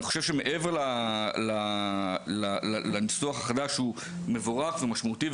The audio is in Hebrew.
אני חושב שמעבר לניסוח החדש שהוא מבורך ומשמעותי,